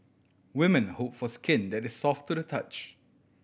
women hope for skin that is soft to the touch